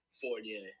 Fournier